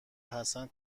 حسن